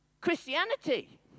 Christianity